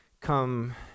come